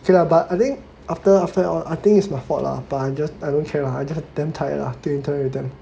okay lah but I think after after that all I think it's my fault lah but I just I don't care lah just damn tired lah to interact with them